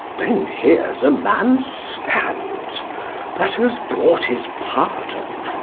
then here's a man stands that has brought his pardon.